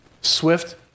Swift